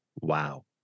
wow